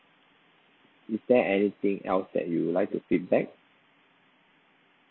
is there anything else that you would like to feedback